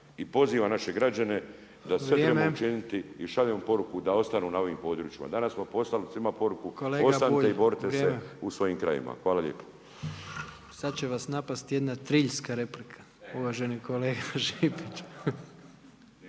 i pozivam naše građane da se sve trebamo učiniti i šaljem poruku da ostanu na ovim područjima. Danas smo poslali svima poruku, ostanite i borite se u svojim krajevima. Hvala. **Jandroković, Gordan (HDZ)** Kolega Bulj, vrijeme. Sad će vas napast jedna triljska replika, uvaženi kolega Šipić.